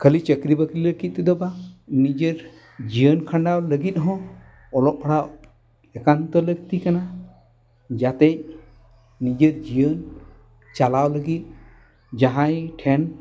ᱠᱷᱟᱹᱞᱤ ᱪᱟᱹᱠᱨᱤ ᱵᱟᱹᱠᱨᱤ ᱞᱟᱹᱜᱤᱫ ᱛᱮᱫᱚ ᱵᱟᱝ ᱱᱤᱡᱮᱨ ᱡᱤᱭᱚᱱ ᱠᱷᱟᱸᱰᱟᱣ ᱞᱟᱹᱜᱤᱫ ᱦᱚᱸ ᱚᱞᱚᱜ ᱯᱟᱲᱦᱟᱜ ᱮᱠᱟᱱᱛᱚ ᱞᱟᱹᱠᱛᱤ ᱠᱟᱱᱟ ᱡᱟᱛᱮ ᱱᱤᱡᱮᱨ ᱡᱤᱭᱚᱱ ᱪᱟᱞᱟᱣ ᱞᱟᱹᱜᱤᱫ ᱡᱟᱦᱟᱸᱭ ᱴᱷᱮᱱ